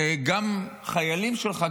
גם חיילים שלך,